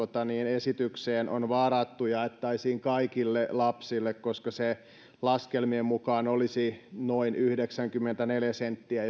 esitykseen on varattu jaettaisiin kaikille lapsille koska se laskelmien mukaan olisi noin yhdeksänkymmentäneljä senttiä